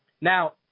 Now